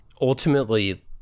ultimately